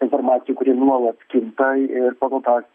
informaciją kuri nuolat kinta ir pagal tą